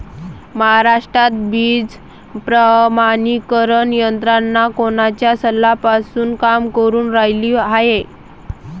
महाराष्ट्रात बीज प्रमानीकरण यंत्रना कोनच्या सालापासून काम करुन रायली हाये?